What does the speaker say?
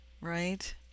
right